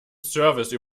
service